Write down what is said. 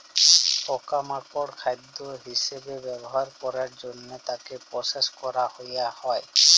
পকা মাকড় খাদ্য হিসবে ব্যবহার ক্যরের জনহে তাকে প্রসেস ক্যরা হ্যয়ে হয়